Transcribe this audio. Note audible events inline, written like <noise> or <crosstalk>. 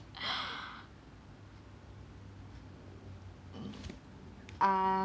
<breath> uh